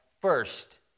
first